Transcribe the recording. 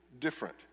different